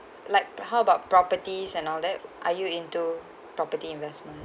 like how about properties and all that are you into property investment